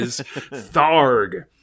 Tharg